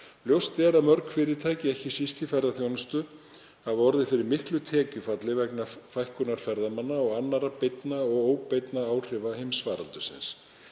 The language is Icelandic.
Ljóst er að mörg fyrirtæki, ekki síst í ferðaþjónustu, hafa orðið fyrir miklu tekjufalli vegna fækkunar ferðamanna og annarra beinna og óbeinna áhrifa heimsfaraldursins.